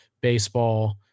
baseball